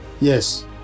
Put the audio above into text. Yes